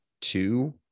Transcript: two